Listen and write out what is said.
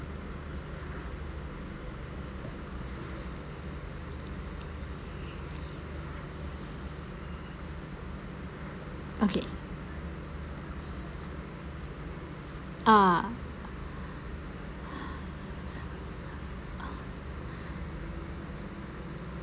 okay ah